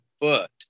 foot